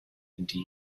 indeed